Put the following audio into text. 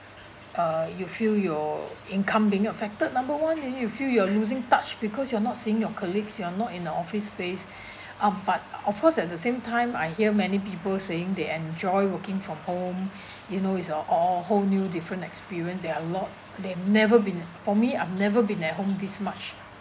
uh you feel your income being affected number one and you feel you're losing touch because you're not seeing your colleagues you are not in the office space um but of course at the same time I hear many people saying they enjoy working from home you know is a all whole new different experience there are lot they've never been for me I've never been at home this much